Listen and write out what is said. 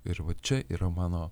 ir va čia yra mano